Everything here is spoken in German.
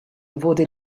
wurde